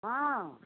हँ